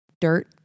dirt